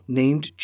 named